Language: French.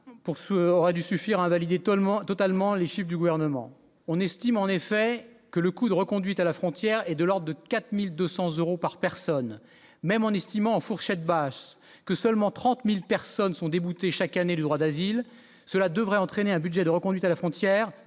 pour aurait dû suffire invalider totalement, totalement les chiffres du gouvernement, on estime en effet que le coût de reconduite à la frontière et de leur de 4200 euros par personne, même en estimant en fourchette basse que seulement 30000 personnes sont déboutés, chaque année, le droit d'asile, cela devrait entraîner un budget de reconduite à la frontière